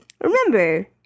Remember